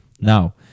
Now